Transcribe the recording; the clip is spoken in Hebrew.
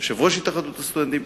ויושב-ראש התאחדות הסטודנטים.